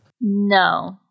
No